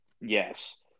yes